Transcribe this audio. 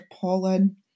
pollen